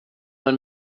man